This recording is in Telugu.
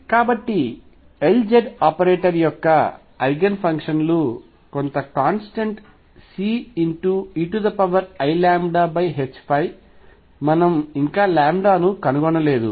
కాబట్టి Lz ఆపరేటర్ యొక్క ఐగెన్ ఫంక్షన్ లు కొంత కాన్స్టెంట్ Ceiλℏ మనము ఇంకా లాంబ్డాను కనుగొనలేదు